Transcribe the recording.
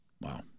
Wow